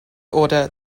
order